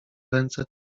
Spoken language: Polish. ręce